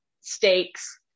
stakes